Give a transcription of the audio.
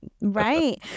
Right